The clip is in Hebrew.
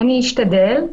אני אשתדל.